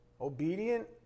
Obedient